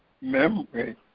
memory